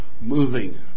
moving